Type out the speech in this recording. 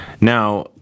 Now